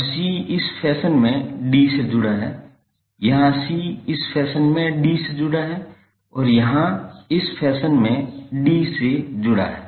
अब c इस fashion में d से जुड़ा है यहाँ c इस फैशन में d से जुड़ा है और यहाँ c इस फैशन में d से जुड़ा है